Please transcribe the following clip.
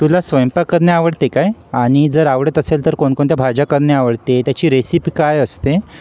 तुला स्वयंपाक करणे आवडते काय आणि जर आवडत असेल तर कोणकोणत्या भाज्या करणे आवडते त्याची रेसिपी काय असते